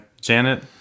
Janet